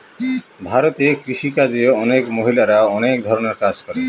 ভারতে কৃষি কাজে অনেক মহিলারা অনেক ধরনের কাজ করে